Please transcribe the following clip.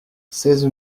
seize